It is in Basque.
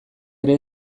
ere